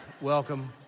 welcome